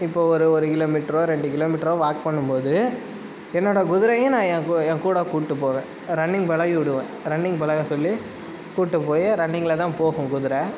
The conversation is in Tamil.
இப்போது ஒரு ஒரு கிலோமீட்டரோ ரெண்டு கிலோமீட்டரோ வாக் பண்ணும் போது என்னோடய குதிரையும் நான் என்கூட கூப்பிட்டு போவேன் ரன்னிங் பழகி விடுவோம் ரன்னிங் பழக சொல்லி கூப்பிட்டு போய் ரன்னிங்கில் தான் போகும் குதிரை